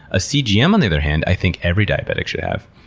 a cgm, on the other hand, i think every diabetic should have.